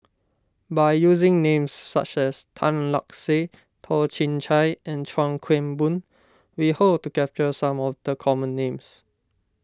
by using names such as Tan Lark Sye Toh Chin Chye and Chuan Keng Boon we hope to capture some of the common names